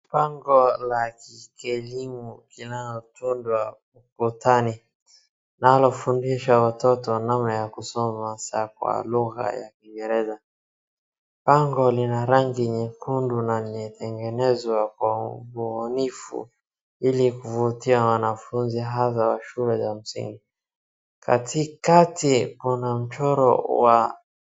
Bango la kielimu linalotundwa ukutani linalofundisha watoto namna ya kusoma saa kwa lugha ya kiingereza, bango lina rangi nyekundu na limetengenezwa kwa ubunifu ili kuvutia wanafunzi hasa wa shule ya msingi, katikati kuna mchoro wa.